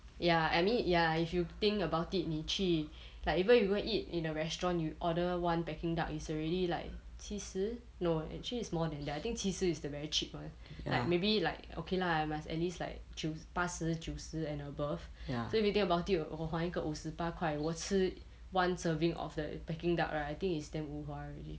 ya I mean ya if you think about it 你去 like even if you go and eat in a restaurant you order one peking duck is already like 七十 no actually it's more than that I think 七十 is the very cheap [one] like maybe like okay lah must at least like 九八十九十 and above so if you think about it 我还一个五十八块我吃 one serving of the peking duck right I think it's damn wu hua already